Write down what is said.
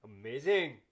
amazing